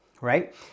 right